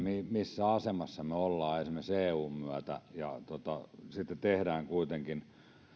missä asemassa me olemme esimerkiksi eun myötä ja sitten tehdään kuitenkin